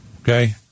Okay